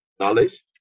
knowledge